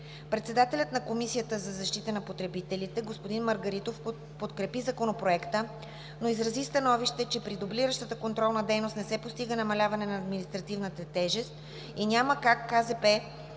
Председателят на Комисията за защита на потребителите господин Маргаритов подкрепи Законопроекта, но изрази становище, че при дублиращата контролна дейност не се постига намаляване на административната тежест и няма как